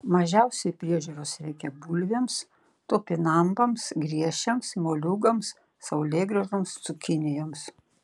mažiausiai priežiūros reikia bulvėms topinambams griežčiams moliūgams saulėgrąžoms cukinijoms